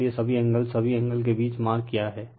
इसलिए सभी एंगल सभी एंगल के बीच मार्क किया हैं